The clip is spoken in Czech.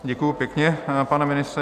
Děkuji pěkně, pane ministře.